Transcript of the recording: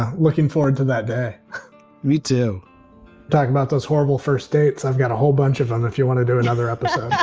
ah looking forward to that day we do talk about those horrible first dates. i've got a whole bunch of other if you want to do another episode